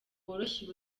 woroshya